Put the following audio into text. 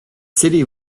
city